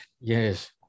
Yes